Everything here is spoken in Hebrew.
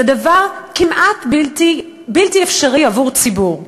זה דבר כמעט בלתי אפשרי עבור ציבור.